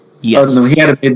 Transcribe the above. yes